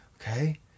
Okay